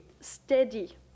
steady